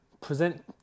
present